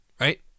Right